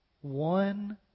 one